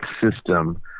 system